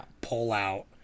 pull-out